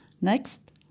Next